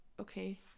okay